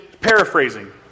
paraphrasing